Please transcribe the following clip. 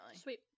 Sweet